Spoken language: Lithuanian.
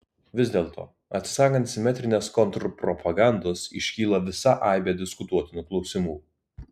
vis dėlto atsisakant simetrinės kontrpropagandos iškyla visa aibė diskutuotinų klausimų